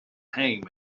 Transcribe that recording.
hang